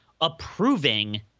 approving